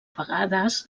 vegades